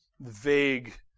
vague